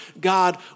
God